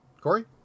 Corey